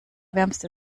wärmste